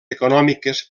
econòmiques